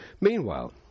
Meanwhile